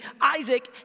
Isaac